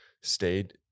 stayed